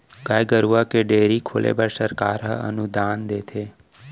गाय गरूवा के डेयरी खोले बर सरकार ह अनुदान देथे